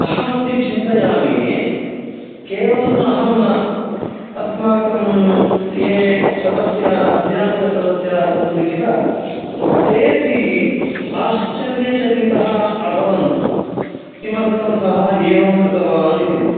अहमपि चिन्तयामि केवलम् अहम् न अस्माकं ये सदस्याः अध्यापकसदस्याः सन्ति किल तेऽपि आश्चर्यचकितः अभवन् किमर्थं सः एवं कृतवान् इति